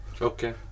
Okay